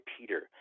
Peter